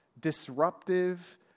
disruptive